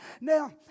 Now